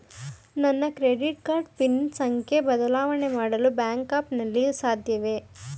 ನನ್ನ credit card pin ಸಂಖ್ಯೆ ಬದಲಾವಣೆ ಮಾಡಲು ಬ್ಯಾಂಕ್ ಆ್ಯಪ್ ನಲ್ಲಿ ಸಾಧ್ಯವೇ?